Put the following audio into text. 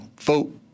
vote